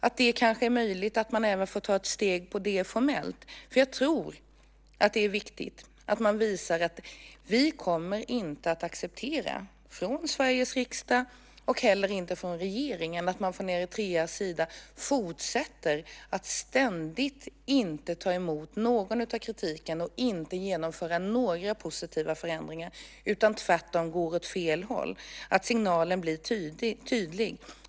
Det är kanske möjligt att man även får ta ett steg på dem formellt. Jag tror nämligen att det är viktigt att vi visar att vi inte kommer att acceptera från Sveriges riksdag och inte heller från regeringen att man från Eritreas sida ständigt fortsätter att neka att ta emot något av kritiken och att inte genomföra några positiva förändringar. Tvärtom går man åt fel håll. Signalen måste bli tydlig.